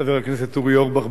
חבר הכנסת אורי אורבך.